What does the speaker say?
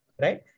right